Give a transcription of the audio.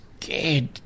scared